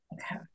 Okay